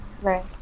right